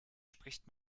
spricht